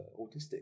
autistic